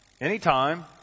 anytime